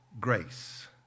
grace